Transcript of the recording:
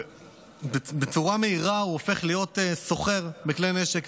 הופך בצורה מהירה להיות סוחר בכלי נשק,